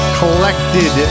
collected